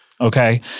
okay